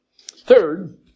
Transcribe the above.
Third